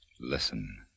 Listen